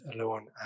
alone